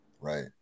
Right